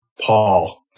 Paul